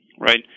Right